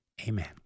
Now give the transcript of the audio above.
amen